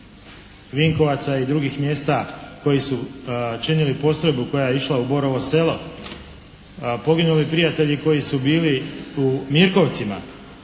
Vinkovaca i drugih mjesta koji su činili postrojbu koja je išla u Borovo selo, poginuli prijatelji koji su bili u Mirkovcima